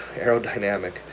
aerodynamic